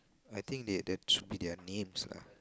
I think that that should be their names lah